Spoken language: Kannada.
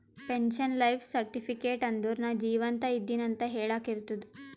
ಪೆನ್ಶನ್ ಲೈಫ್ ಸರ್ಟಿಫಿಕೇಟ್ ಅಂದುರ್ ನಾ ಜೀವಂತ ಇದ್ದಿನ್ ಅಂತ ಹೆಳಾಕ್ ಇರ್ತುದ್